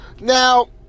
Now